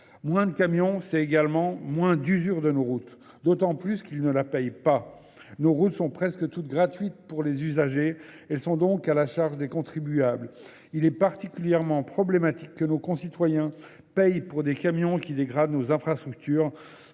Moins de camions, c'est également moins d'usure de nos routes, d'autant plus qu'ils ne la payent pas. Nos routes sont presque toutes gratuites pour les usagers. Elles sont donc à la charge des contribuables. Il est particulièrement problématique que nos concitoyens payent pour des camions qui dégradent nos infrastructures,